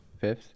Fifth